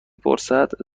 پرسد